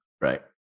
right